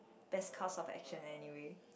best course of action anyway